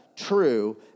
true